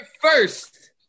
first